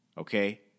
okay